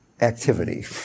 activity